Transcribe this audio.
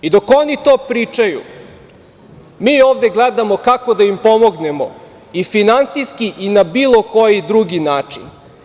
I dok oni to pričaju, mi ovde gledamo kako da im pomognemo, i finansijski i na bilo koji drugi način.